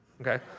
okay